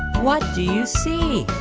what do you see?